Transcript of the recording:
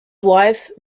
wife